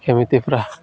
କେମିତିକା